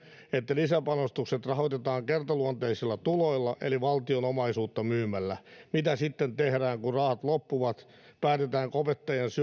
että lisäpanostukset rahoitetaan kertaluonteisilla tuloilla eli valtion omaisuutta myymällä mitä sitten tehdään kun rahat loppuvat päätetäänkö opettajien